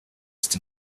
ist